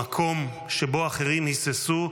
במקום שבו אחרים היססו,